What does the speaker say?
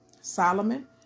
Solomon